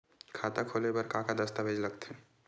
खाता खोले बर का का दस्तावेज लगथे?